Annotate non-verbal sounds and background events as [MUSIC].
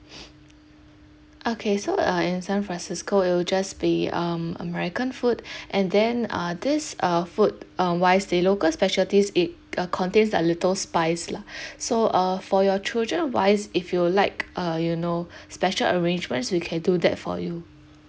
[NOISE] okay so uh in san francisco it'll just be um american food and then uh this uh food um wise the local specialties it uh contains a little spice lah so uh for your children wise if you would like uh you know special arrangements we can do that for you